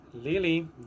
Lily